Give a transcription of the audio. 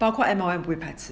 包括 M_R_I 我不会排斥的